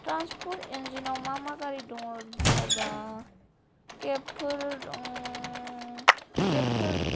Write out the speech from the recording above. transport इन्जिनाव मा मा गारि दङबा केबफोर दं केबफोर